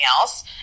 else